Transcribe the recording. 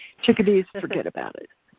chickadees, forget about it.